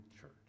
church